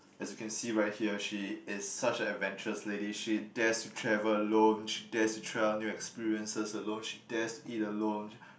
as you can see right here she is such a adventurous lady she dares to travel alone she dares to try out new experiences alone she dares to eat alone